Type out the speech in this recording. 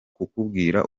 kukubwira